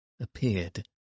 appeared